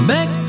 Back